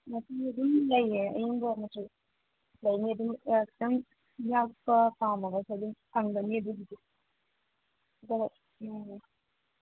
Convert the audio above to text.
ꯃꯆꯨ ꯑꯗꯨꯝ ꯂꯩꯌꯦ ꯑꯌꯨꯛ ꯅꯨꯡꯗꯥꯡ ꯃꯆꯨ ꯂꯩꯅꯤ ꯑꯗꯨ ꯈꯤꯇꯪ ꯌꯥꯛꯄ ꯄꯥꯝꯃꯒꯁꯨ ꯑꯗꯨꯝ ꯐꯪꯒꯅꯤ ꯑꯗꯨꯒꯤꯗꯤ ꯑꯗꯣ ꯎꯝ